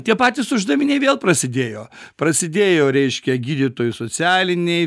tie patys uždaviniai vėl prasidėjo prasidėjo reiškia gydytojų socialiniai